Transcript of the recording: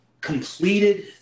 completed